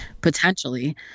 potentially